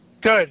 Good